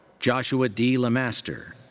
joshua d. lemaster.